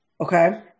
Okay